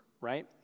right